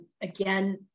again